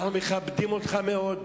אנחנו מכבדים אותך מאוד,